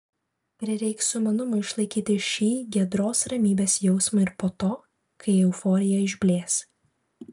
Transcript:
prireiks sumanumo išlaikyti šį giedros ramybės jausmą ir po to kai euforija išblės